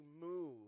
move